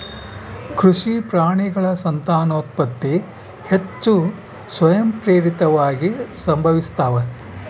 ಕೃಷಿ ಪ್ರಾಣಿಗಳ ಸಂತಾನೋತ್ಪತ್ತಿ ಹೆಚ್ಚು ಸ್ವಯಂಪ್ರೇರಿತವಾಗಿ ಸಂಭವಿಸ್ತಾವ